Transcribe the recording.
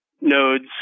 nodes